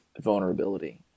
vulnerability